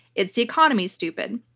it's the economy, stupid'.